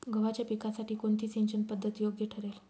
गव्हाच्या पिकासाठी कोणती सिंचन पद्धत योग्य ठरेल?